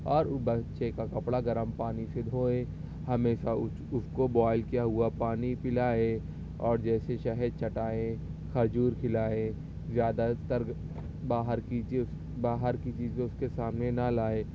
اور بچے کا کپڑا گرم پانی سے دھوئے ہمیشہ اس کو بوائل کیا ہوا پانی پلائے اور جیسے شہد چٹائے کھجور کھلائے زیادہ تر باہر کی چیز باہر کی چیزیں اس کے سامنے نہ لائے